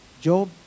Job